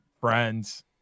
friends